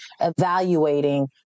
evaluating